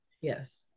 yes